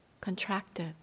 contracted